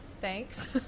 Thanks